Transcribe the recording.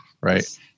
right